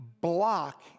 block